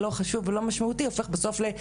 בבקשה.